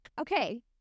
okay